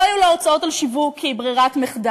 לא יהיו לה הוצאות על שיווק כי היא ברירת מחדל,